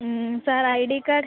mm sir I D card